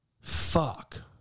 Fuck